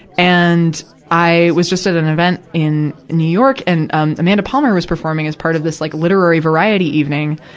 and i was just at an event in new york, and, um, amanda palmer was performing as part of this, like, literary variety evening.